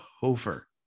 hofer